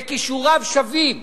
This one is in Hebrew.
וכישוריו שווים